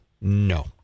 no